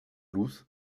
luz